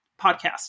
podcast